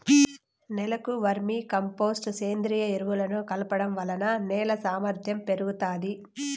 నేలకు vermicompost, సేంద్రీయ ఎరువులను కలపడం వలన నేల సామర్ధ్యం పెరుగుతాది